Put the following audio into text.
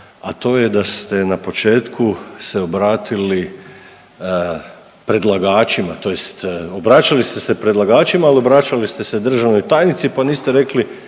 a to je da ste na početku se obratili predlagačima tj. obraćali ste se predlagačima, ali obraćali ste se državnoj tajnici pa niste rekli,